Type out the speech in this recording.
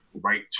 right